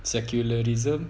secularism